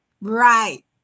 right